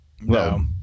No